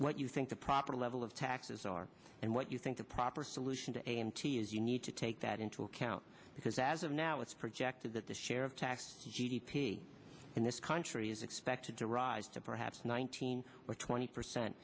what you think the proper level of taxes are and what you think the proper solution to a m t is you need to take that into account because as of now it's projected that the share of tax g d p in this country is expected to rise to perhaps nineteen or twenty percent